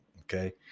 okay